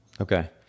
Okay